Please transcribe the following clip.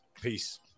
Peace